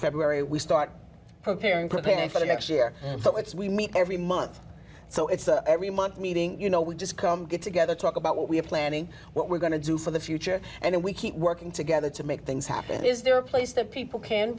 february we start preparing preparing for the next year and so it's we meet every month so it's every month meeting you know we just come get together talk about what we have planning what we're going to do for the future and we keep working together to make things happen is there a place that people can